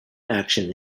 action